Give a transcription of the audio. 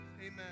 amen